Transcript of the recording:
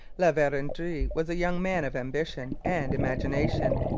la verendrye was a young man of ambition and imagination.